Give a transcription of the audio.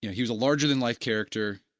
yeah he was a larger than life character,